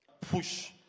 Push